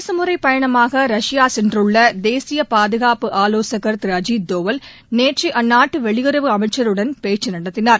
அரசு முறைப்பயணமாக ரஷ்பா சென்றுள்ள தேசிய பாதுகாப்பு ஆலோசகா் திரு அஜித் தோவல் நேற்று அந்நாட்டு வெளியுறவு அமைச்சருடன் பேச்சு நடத்தினார்